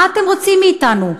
מה אתם רוצים מאתנו?